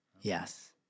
Yes